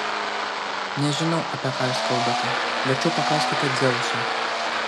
nežinau apie ką jūs kalbate verčiau paklauskite dzeuso